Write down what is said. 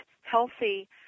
healthy